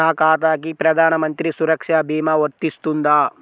నా ఖాతాకి ప్రధాన మంత్రి సురక్ష భీమా వర్తిస్తుందా?